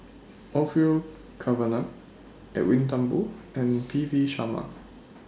Orfeur Cavenagh Edwin Thumboo and P V Sharma